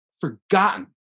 forgotten